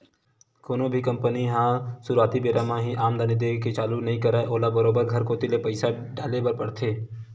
कोनो भी कंपनी ह सुरुवाती बेरा म ही आमदानी देय के चालू नइ करय ओला बरोबर घर कोती ले पइसा डाले बर परथे